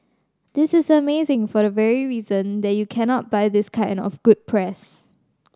this is amazing for the very reason that you cannot buy this kind of good press